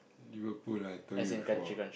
Liverpool I told you before